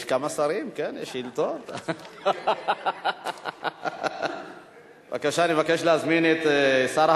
התשע"ב 2012, עברה בקריאה